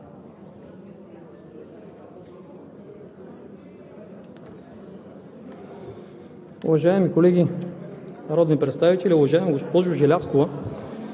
Уважаеми колеги народни представители, уважаема госпожо Желязкова!